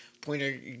pointer